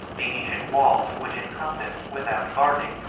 the ancient walls, which encompassed, without guarding,